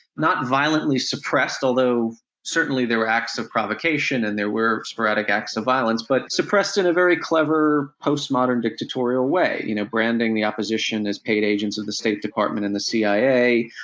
not violently suppressed, although certainly there were acts of provocation and there were sporadic acts of violence, but suppressed in a very clever, postmodern dictatorial way, you know, branding the opposition as paid agents of the state department and the cia,